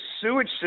sewage